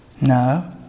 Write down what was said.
No